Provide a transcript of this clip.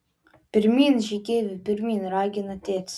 pirmyn žygeivi pirmyn ragina tėtis